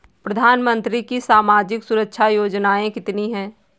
प्रधानमंत्री की सामाजिक सुरक्षा योजनाएँ कितनी हैं?